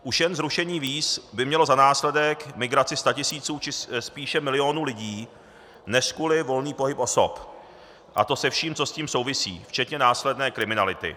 Už jen zrušení víz by mělo za následek migraci statisíců, či spíše milionů lidí, neřkuli volný pohyb osob, a to se vším, co s tím souvisí, včetně následné kriminality.